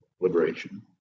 liberation